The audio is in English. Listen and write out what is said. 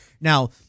Now